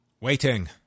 Waiting